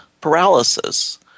paralysis